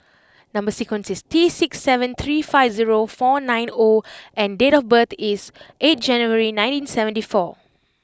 number sequence is T six seven three five zero four nine O and date of birth is eighth January nineteen seventy four